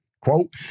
Quote